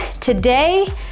today